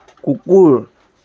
কুকুৰ